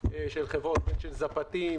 של זפתים,